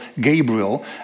gabriel